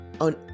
on